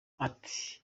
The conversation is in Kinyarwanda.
ati